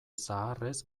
zaharrez